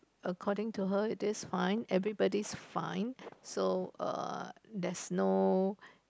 according to her if this fine everybody's fine so uh there's no